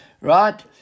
Right